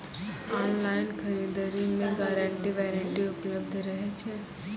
Online खरीद दरी मे गारंटी वारंटी उपलब्ध रहे छै?